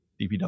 DPW